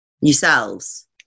yourselves